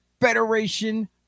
Federation